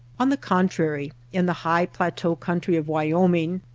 on the contrary, in the high plateau country of wyoming,